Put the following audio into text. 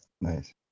Nice